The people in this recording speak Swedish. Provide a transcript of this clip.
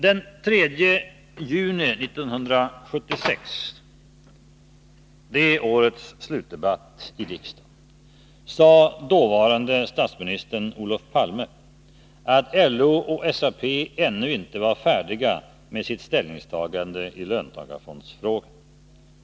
Den 3 juni 1976, i det årets slutdebatt i riksdagen, sade dåvarande statsministern Olof Palme att LO och SAP ännu inte var färdiga med sitt ställningstagande i löntagarfondsfrågan.